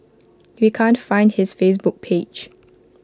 we can't find his Facebook page